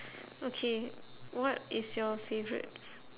okay what is your favourite